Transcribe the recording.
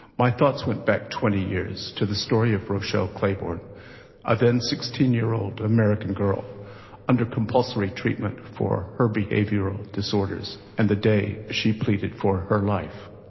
my thoughts went back twenty years to the story of roshelle clayborne a then sixteen year old american girl under compulsory treatment for her behavioural disorders, and the day she pleaded for her life.